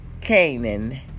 Canaan